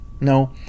No